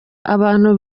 abantu